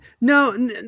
No